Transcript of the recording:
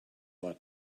lot